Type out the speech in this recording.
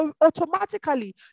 automatically